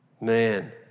Man